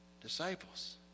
disciples